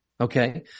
Okay